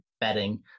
betting